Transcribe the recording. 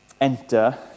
enter